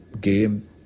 game